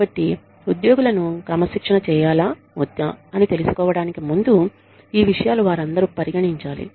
కాబట్టి ఉద్యోగులను క్రమశిక్షణ చేయాలా వద్దా అని తెలుసుకోవడానికి ముందు ఈ విషయాలు వారందరు పరిగణించాలి